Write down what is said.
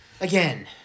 Again